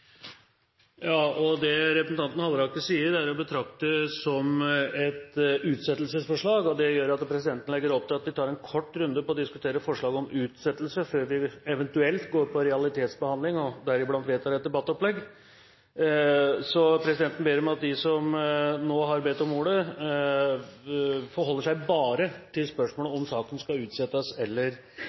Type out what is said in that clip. Det representanten Halleraker her sier, er å betrakte som et utsettelsesforslag. Det gjør at presidenten legger opp til en kort runde for å diskutere forslaget om utsettelse, før vi eventuelt går til realitetsbehandling og vedtar et debattopplegg. Presidenten ber om at de som nå har bedt om ordet, bare forholder seg til spørsmålet om saken skal utsettes, eller